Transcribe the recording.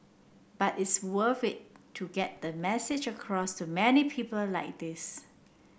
but it's worth it to get the message across to many people like this